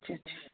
अच्छा अच्छा